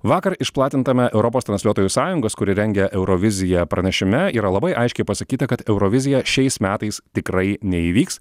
vakar išplatintame europos transliuotojų sąjungos kuri rengia euroviziją pranešime yra labai aiškiai pasakyta kad eurovizija šiais metais tikrai neįvyks